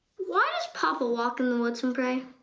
why does papa walk in the woods and pray?